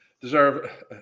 Deserve